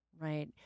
right